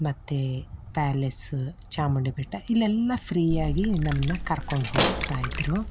ಮತ್ತು ಪ್ಯಾಲೆಸ್ಸ ಚಾಮುಂಡಿಬೆಟ್ಟ ಇಲ್ಲೆಲ್ಲ ಫ್ರೀಯಾಗಿ ನಮ್ಮನ್ನ ಕರ್ಕೊಂಡು ಹೋಗ್ತಾ ಇದ್ದರು